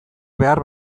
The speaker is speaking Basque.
behar